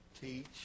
teach